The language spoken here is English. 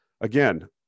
again